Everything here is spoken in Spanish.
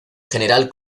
general